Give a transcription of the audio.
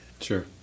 sure